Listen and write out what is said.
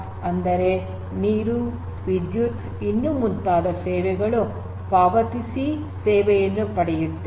ಆದ್ದರಿಂದ ನೀರು ವಿದ್ಯುತ್ ಇನ್ನೂ ಮುಂತಾದ ಸೇವೆಗಳಿಗೆ ಹಣವನ್ನು ಪಾವತಿಸಿ ಸೇವೆಯನ್ನು ಪಡೆಯುತ್ತೇವೆ